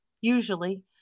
usually